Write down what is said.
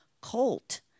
colt